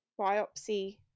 biopsy